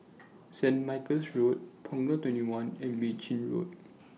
Saint Michael's Road Punggol twenty one and Mei Chin Road